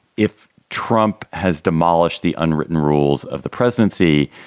if trump has demolished the unwritten rules of the presidency,